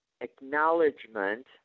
acknowledgement